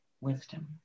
wisdom